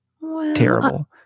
terrible